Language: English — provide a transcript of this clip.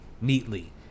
neatly